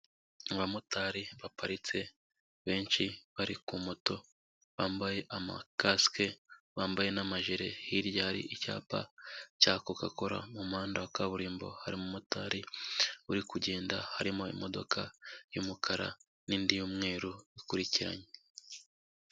Abamotari baparitse benshi bari kuri moto bambaye amakasike bambaye n'amajire, hirya hari icyapa cya kokakora, mu muhanda wa kaburimbo hari umumotari uri kugenda harimo imodoka y'umukara n'indi y'umweru bikurikiranye.